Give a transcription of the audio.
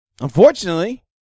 unfortunately